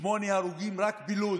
שמונה הרוגים בלוד.